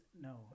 No